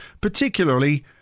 particularly